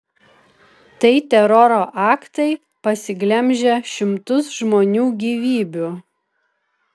tai teroro aktai pasiglemžę šimtus žmonių gyvybių